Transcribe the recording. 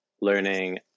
learning